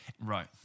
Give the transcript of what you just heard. Right